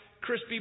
crispy